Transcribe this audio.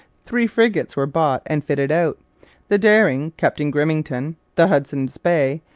three frigates were bought and fitted out the dering, captain grimmington the hudson's bay,